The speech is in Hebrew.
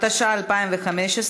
התשע"ה 2015,